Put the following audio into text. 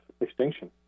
extinction